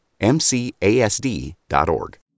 MCASD.org